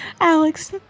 Alex